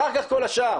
אחר כך כל השאר.